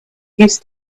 used